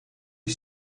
you